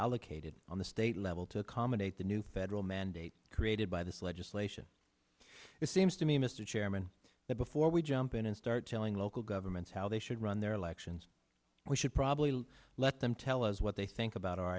allocated on the state level to accommodate the new federal mandate created by this legislation it seems to me mr chairman but before we jump in and start telling local governments how they should run their elections we should probably let them tell us what they think about our